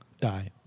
Die